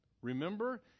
Remember